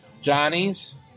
Johnny's